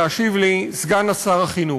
להשיב לי סגן שר החינוך.